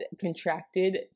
contracted